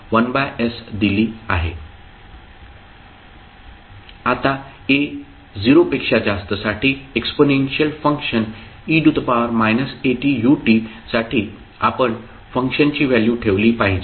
आता a 0 पेक्षा जास्तसाठी एक्सपोनेन्शियल फंक्शन e atut साठी आपण फंक्शनची व्हॅल्यू ठेवली पाहिजे